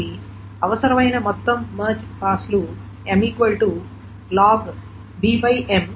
కాబట్టి అవసరమైన మొత్తం మెర్జ్ పాస్ లు m logM 1 ⌈bM⌉